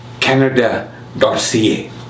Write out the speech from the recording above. canada.ca